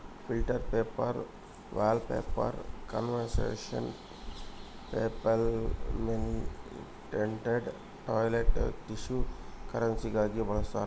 filter paper wallpaper conservation paper laminated toilet tissue ಕರೆನ್ಸಿಗಾಗಿ ಬಳಸ್ತಾರ